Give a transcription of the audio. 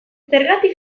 zergatik